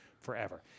forever